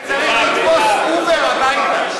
אני צריך לתפוס "אובר" הביתה.